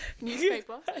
Newspaper